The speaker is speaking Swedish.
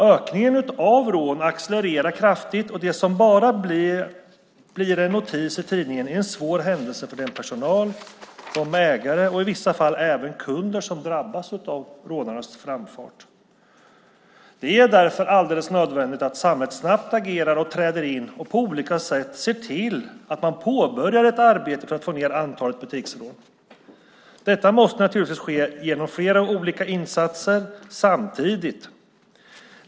Ökningen av rån accelererar kraftigt, och det som bara blir en notis i tidningen är en svår händelse för den personal, de ägare och i vissa fall även kunder som drabbas av rånarnas framfart. Det är därför alldeles nödvändigt att samhället snabbt agerar, träder in och på olika sätt ser till att man påbörjar ett arbete för att få ned antalet butiksrån. Detta måste naturligtvis ske genom flera olika insatser samtidigt.